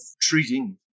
treating